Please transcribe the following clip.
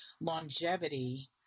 longevity